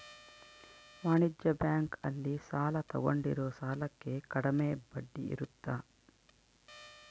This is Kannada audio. ವಾಣಿಜ್ಯ ಬ್ಯಾಂಕ್ ಅಲ್ಲಿ ಸಾಲ ತಗೊಂಡಿರೋ ಸಾಲಕ್ಕೆ ಕಡಮೆ ಬಡ್ಡಿ ಇರುತ್ತ